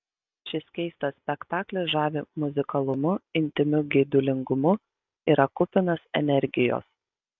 šis keistas spektaklis žavi muzikalumu intymiu geidulingumu yra kupinas energijos